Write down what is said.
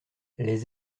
les